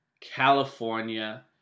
california